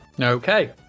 Okay